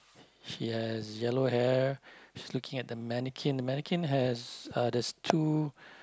he has yellow hair he's looking at the mannequin the mannequin has uh there's two